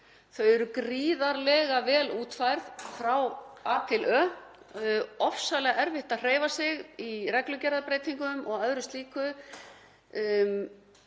Þau eru gríðarlega vel útfærð frá A til Ö, ofsalega erfitt að hreyfa sig í reglugerðarbreytingum og öðru slíku.